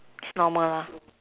it's normal